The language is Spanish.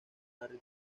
harry